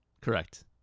correct